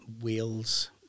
wheels